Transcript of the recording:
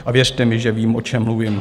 A věřte mi, že vím, o čem mluvím.